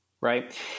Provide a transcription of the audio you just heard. Right